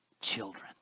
children